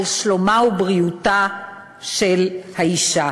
על שלומה ובריאותה של האישה,